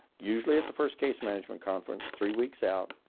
usually at the first case management conference three weeks out,